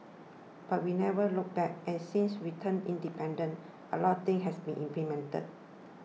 but we never looked back and since we turned independent a lot things has been implemented